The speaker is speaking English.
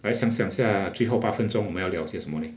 来想想下最后八分钟我们要聊些什么 leh